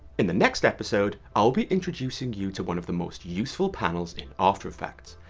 in the next episode, i'll be introducing you to one of the most useful panels in after effects,